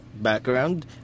background